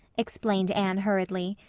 explained anne hurriedly.